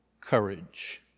courage